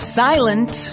silent